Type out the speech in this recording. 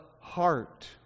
heart